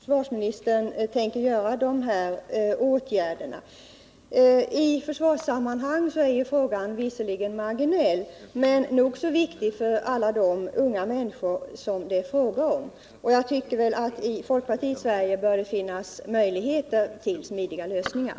Herr talman! Det är mycket positivt att försvarsministern tänker vidta dessa åtgärder. I försvarssammanhang är denna fråga visserligen marginell, men den är nog så viktig för alla de unga människor som den berör. Jag tycker att det i folkpartiets Sverige bör finnas möjlighet till smidiga lösningar.